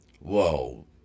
Whoa